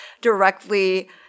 directly